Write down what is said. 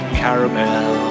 caramel